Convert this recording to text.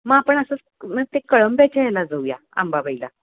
मग आपण असंच मग ते कळंब्याच्या ह्याला जाऊया अंबाबाईला